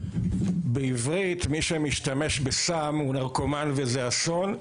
בעברית, מי שמשתמש בסם הוא נרקומן וזה אסון,